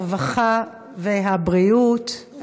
הרווחה והבריאות,